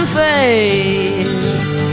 face